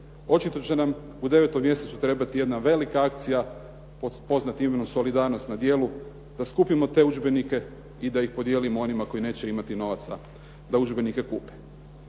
Očito će nam u 9. mjesecu trebati jedna velika akcija pod imenom "Solidarnost na djelu" da skupimo te udžbenike i da ih podijelimo onima koji neće imati novaca da kupe